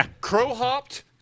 crow-hopped